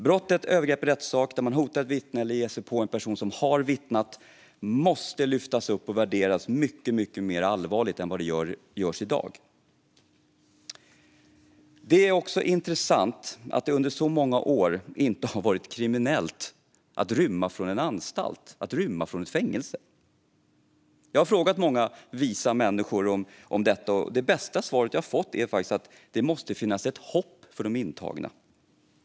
Brottet övergrepp i rättssak, där man hotar ett vittne eller ger sig på en person som har vittnat, måste lyftas upp och värderas mycket mer allvarligt än i dag. Det är också intressant att det under så många år inte har varit kriminellt att rymma från en anstalt eller ett fängelse. Jag har frågat många visa människor om detta, och det bästa svaret jag har fått är att det måste finnas ett hopp för de intagna.